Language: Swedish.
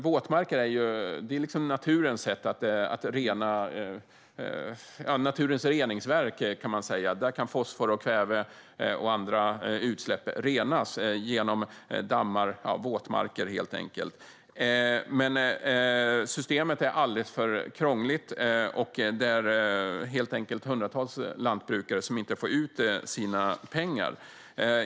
Våtmarker är naturens reningsverk, kan man säga. Där kan fosfor, kväve och andra utsläpp renas. Men systemet är alldeles för krångligt. Hundratals lantbrukare får inte ut sina pengar.